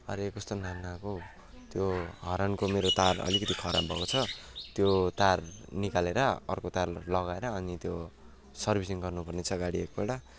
अरे कस्तो नाम नआएको हौ त्यो हर्नको मेरो तार अलिकति खराब भएको छ त्यो तार निकालेर अर्को तार लगाएर अनि त्यो सर्भिसिङ गर्नु पर्नेछ गाडी एक पल्ट